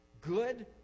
good